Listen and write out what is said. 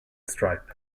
stripe